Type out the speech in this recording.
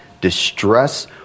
distress